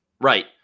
Right